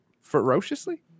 ferociously